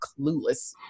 clueless